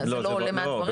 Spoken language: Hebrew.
זה לא עולה מהדברים?